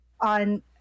on